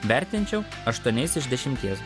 vertinčiau aštuoniais iš dešimties